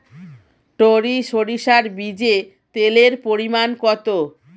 টরি সরিষার বীজে তেলের পরিমাণ কত?